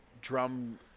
drum